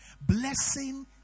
Blessing